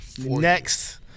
Next